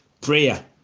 Prayer